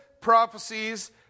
prophecies